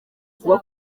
kuba